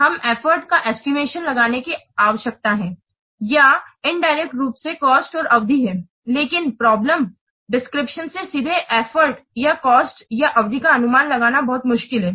हमें एफर्ट का एस्टिमेशन लगाने की आवश्यकता है या इंदिरेक्ट रूप से कॉस्ट और अवधि है लेकिन प्रॉब्लम डिस्क्रिप्शन से सीधे एफर्ट या कॉस्ट या अवधि का अनुमान लगाना बहुत मुश्किल है